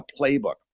playbook